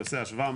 אני עושה השוואה,